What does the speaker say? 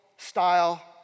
Style